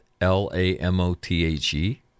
L-A-M-O-T-H-E